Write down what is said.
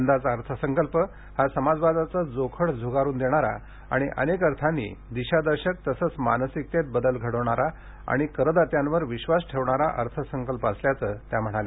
यंदाचा अर्थसंकल्प हा समाजवादाचं जोखड झुगारून देणारा आणि अनेक अर्थांनी दिशादर्शक तसंच मानसिकतेत बदल घडविणारा आणि करदात्यांवर विश्वास ठेवणारा अर्थसंकल्प असल्याचं त्या म्हणाल्या